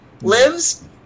lives